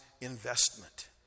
investment